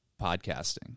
podcasting